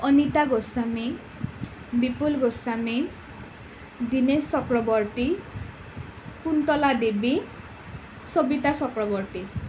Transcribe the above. Anita Goswami Bipul Goswami Dinesh Chakraborty Kuntala Devi Sabita Chakraborty